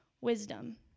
wisdom